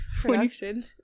production